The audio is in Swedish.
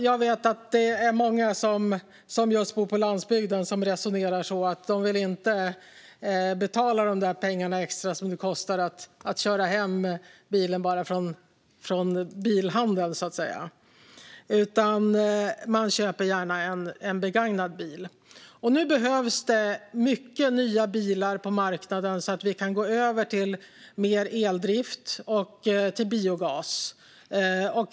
Jag vet att det är många som bor på landsbygden som resonerar som så att de inte vill betala de extra pengar det kostar bara att köra hem bilen från bilhandeln, så att säga. I stället köper man gärna en begagnad bil. Nu behövs det mycket nya bilar på marknaden, så att vi kan gå över till mer eldrift och till biogas.